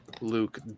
Luke